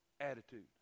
attitude